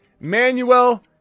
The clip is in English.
Manuel